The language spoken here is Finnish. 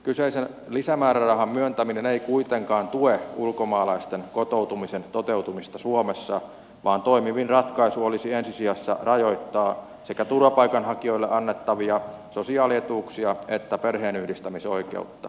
kyseisen lisämäärärahan myöntäminen ei kuitenkaan tue ulkomaalaisten kotoutumisen toteutumista suomessa vaan toimivin ratkaisu olisi ensi sijassa rajoittaa sekä turvapaikanhakijoille annettavia sosiaalietuuksia että perheenyhdistämisoikeutta